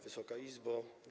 Wysoka Izbo!